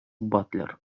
батлер